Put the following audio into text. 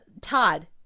Todd